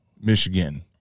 Michigan